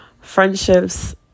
friendships